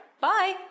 Bye